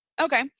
Okay